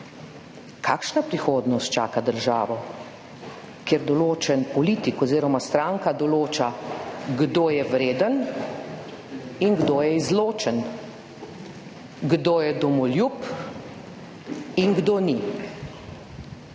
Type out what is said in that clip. Kakšna prihodnost čaka državo, kjer določen politik oziroma stranka določa, kdo je vreden in kdo je izločen, kdo je domoljub in kdo ni?